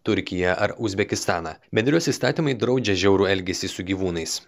turkiją ar uzbekistaną bendrijos įstatymai draudžia žiaurų elgesį su gyvūnais